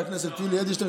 חבר הכנסת יולי אדלשטיין.